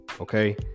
okay